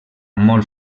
molt